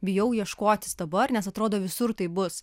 bijau ieškotis dabar nes atrodo visur taip bus